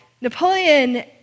Napoleon